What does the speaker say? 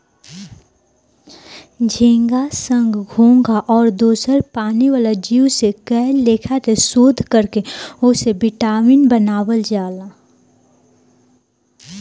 झींगा, संख, घोघा आउर दोसर पानी वाला जीव से कए लेखा के शोध कर के ओसे विटामिन बनावल जाला